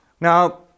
Now